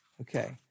Okay